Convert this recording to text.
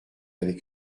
avec